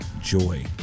Joy